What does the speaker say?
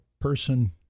person